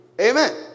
Amen